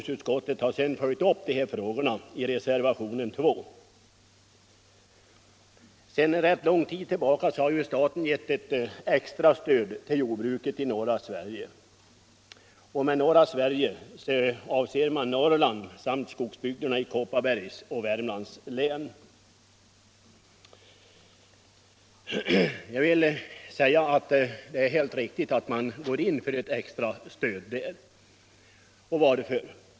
Sedan rätt lång tid tillbaka har ju staten gett ett extra stöd till jordbruket i norra Sverige, och med norra Sverige avses Norrland samt skogsbyg derna i Kopparbergs och Värmlands län. Det är helt riktigt att man går — Nr 106 in för ett extra stöd där. Och varför?